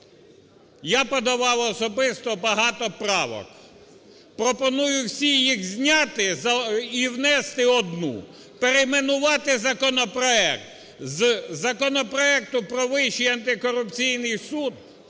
Я подавав особисто багато правок. Пропоную всі їх зняти і внести одну: перейменувати законопроект з законопроекту про Вищий антикорупційний суд